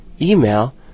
email